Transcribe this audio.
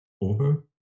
over